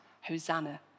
Hosanna